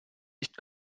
nicht